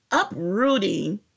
uprooting